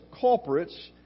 culprits